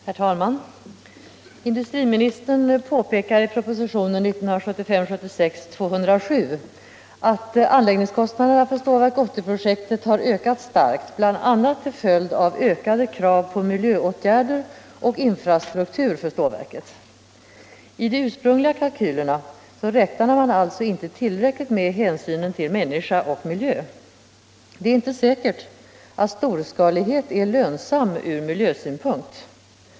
Herr talman! Industriministern påpekar i propositionen 1975/76:207 att anläggningskostnaderna för Stålverk 80-projektet har ökat starkt, bl.a. till följd av ökade krav på miljöåtgärder och infrastruktur för stålverket. I de ursprungliga kalkylerna räknade man alltså inte tillräckligt med hänsynen till människa och miljö. Det är inte säkert att storskalighet är lönsam från miljösynpunkt.